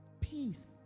Peace